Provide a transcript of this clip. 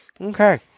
Okay